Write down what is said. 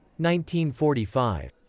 1945